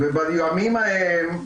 ובימים ההם,